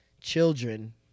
children